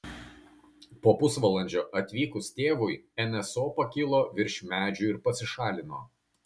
po pusvalandžio atvykus tėvui nso pakilo virš medžių ir pasišalino